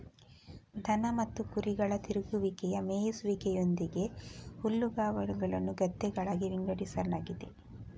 ದನ ಮತ್ತು ಕುರಿಗಳ ತಿರುಗುವಿಕೆಯ ಮೇಯಿಸುವಿಕೆಯೊಂದಿಗೆ ಹುಲ್ಲುಗಾವಲುಗಳನ್ನು ಗದ್ದೆಗಳಾಗಿ ವಿಂಗಡಿಸಲಾಗಿದೆ